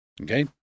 Okay